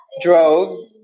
droves